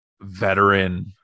veteran